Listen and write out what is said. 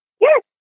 Yes